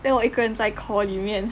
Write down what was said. then 我一个人在 call 里面